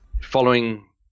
following